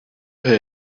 per